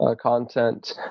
content